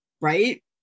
right